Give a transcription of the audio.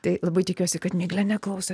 tai labai tikiuosi kad miglė neklauso